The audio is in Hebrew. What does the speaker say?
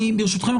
ברשותכם,